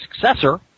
successor